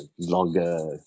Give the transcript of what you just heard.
longer